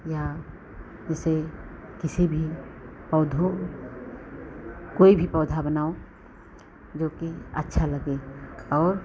या जैसे किसी भी पौधो कोई भी पौधा बनाओ जो कि अच्छा लगे और